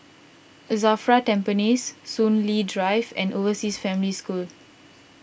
Safra Tampines Soon Lee Drive and Overseas Family School